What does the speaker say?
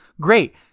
Great